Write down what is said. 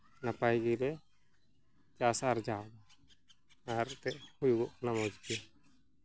ᱱᱟᱯᱟᱭ ᱜᱮᱞᱮ ᱪᱟᱥ ᱟᱨᱡᱟᱣ ᱟᱨ ᱛᱮᱫ ᱦᱩᱭᱩᱜ ᱠᱟᱱᱟ ᱢᱚᱡᱽ ᱜᱮ